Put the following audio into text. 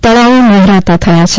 તળાવ લહેરાતા થયા છે